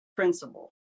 Principle